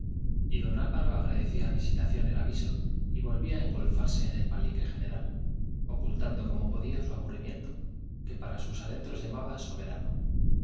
y don álvaro agradecía a visitación el aviso y volvía a engolfarse en el palique general ocultando como podía su aburrimiento que para sus adentros llamaba soberano